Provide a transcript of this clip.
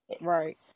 Right